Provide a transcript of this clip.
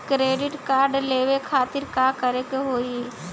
Credit card लेवे खातिर का करे के होई?